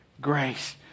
Grace